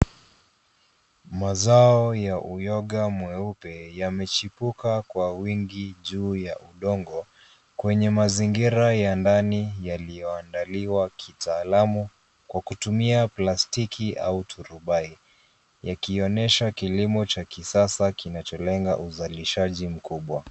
Mazao ya uyoga mweupe yamechipuka kwa wingi juu ya udongo kwenye mazingira ya ndani yaliyoandaliwa kitaalamu kwa kutumia plastiki au turubai ,yakionyesha kilimo cha kisasa kinacholenga uzalishaji mkubwa.